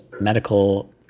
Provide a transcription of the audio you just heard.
medical